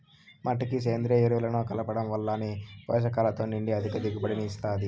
మట్టికి సేంద్రీయ ఎరువులను కలపడం వల్ల నేల పోషకాలతో నిండి అధిక దిగుబడిని ఇస్తాది